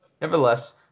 nevertheless